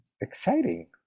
exciting